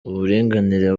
uburinganire